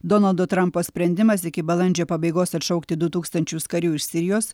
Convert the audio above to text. donaldo trampo sprendimas iki balandžio pabaigos atšaukti du tūkstančius karių iš sirijos